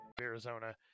Arizona